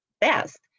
best